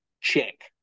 check